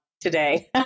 today